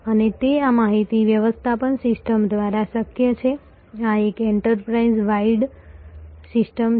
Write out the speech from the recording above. અને તે આ માહિતી વ્યવસ્થાપન સિસ્ટમ દ્વારા શક્ય છે આ એક એન્ટરપ્રાઇઝ વાઇડ સિસ્ટમ છે